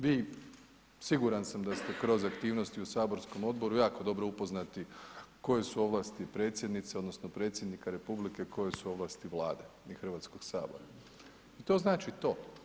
Vi, siguran sam da ste kroz aktivnosti u saborskom odboru, jako dobro upoznati koje su ovlasti Predsjednice odnosno Predsjednika Republike a koje su ovlasti Vlade i Hrvatskog sabora i to znači to.